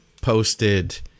posted